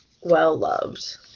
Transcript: well-loved